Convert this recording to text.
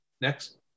Next